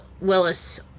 Willis